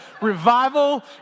Revival